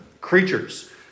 creatures